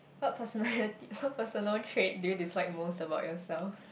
what personality what personal trait do you dislike most about yourself